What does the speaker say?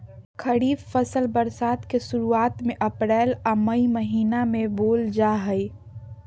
खरीफ फसल बरसात के शुरुआत में अप्रैल आ मई महीना में बोअल जा हइ